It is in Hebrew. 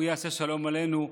הוא יעשה שלום עלינו,